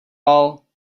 all